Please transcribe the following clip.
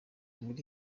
nkuru